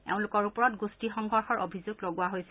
এওঁলোকৰ ওপৰত গোষ্ঠী সংঘৰ্ষৰ অভিযোগ লগোৱা হৈছে